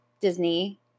Disney